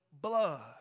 blood